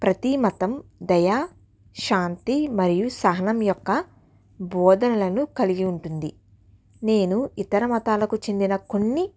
ప్రతీ మతం దయ శాంతి మరియు సహనం యొక్క బోధనలను కలిగి ఉంటుంది నేను ఇతర మతాలకు చెందిన కొన్ని